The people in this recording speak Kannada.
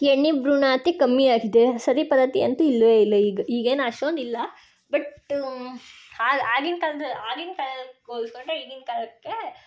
ಹೆಣ್ಣಿ ಭ್ರೂಣ ಹತ್ಯೆ ಕಮ್ಮಿ ಆಗಿದೆ ಸತಿ ಪದ್ಧತಿ ಅಂತೂ ಇಲ್ಲವೇ ಇಲ್ಲ ಈಗ ಈಗೇನು ಅಷ್ಟೊಂದು ಇಲ್ಲ ಬಟ್ಟು ಆಗಿನ ಕಾಲ್ದ ಆಗಿನ ಕಾಲಕ್ಕೆ ಹೋಲ್ಸ್ದಾಗ ಈಗಿನ ಕಾಲಕ್ಕೆ